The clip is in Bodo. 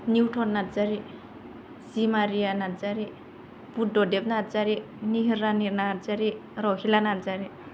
निउटन नार्जारी जिमारिया नार्जारी बुद्धदेब नार्जारी निहिर रानि नार्जारी रहिला नार्जारी